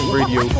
Radio